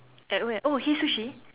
at where oh Hei Sushi